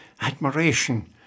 admiration